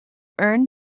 earn